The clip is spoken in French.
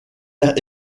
airs